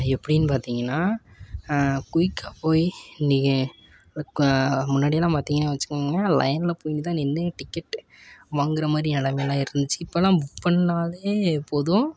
எப்படின்னு பார்த்தீங்கன்னா குயிக்காக போய் இன்னிக்கு ஒரு க முன்னாடியெல்லாம் பார்த்தீங்கன்னா வெச்சுக்கிங்னா லைனில் போய் தான் நின்று டிக்கெட்டு வாங்கிற மாதிரி நிலமைலாம் இருந்துச்சு இப்பெல்லாம் புக் பண்ணிணாலே போதும்